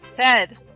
Ted